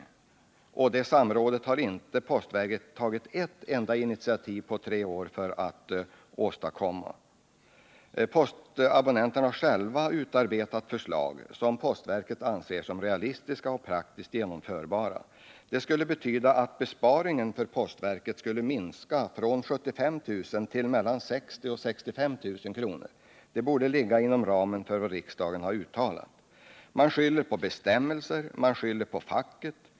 Postverket har på tre år inte tagit ett enda initiativ för att åstadkomma någon kontakt. Abonnenterna har själva utarbetat förslag som postverket anser realistiska och genomförbara. Det skulle betyda att besparingen för postverket skulle minska från 75 000 till mellan 60 000 och 65 000 kr. Det borde ligga inom ramen för vad riksdagen har uttalat är möjligt. Man skyller på bestämmelser och man skyller på facket.